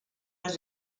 does